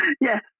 Yes